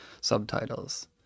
subtitles